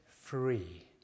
free